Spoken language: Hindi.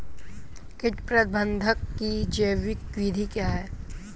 कीट प्रबंधक की जैविक विधि क्या है?